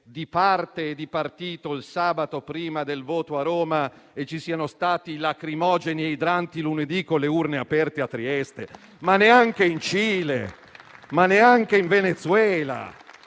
di parte e di partito il sabato prima del voto a Roma e che ci siano stati lacrimogeni e idranti lunedì con le urne aperte a Trieste? Neanche in Cile e in Venezuela,